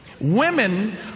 Women